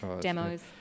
Demos